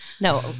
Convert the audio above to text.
No